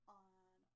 on